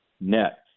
net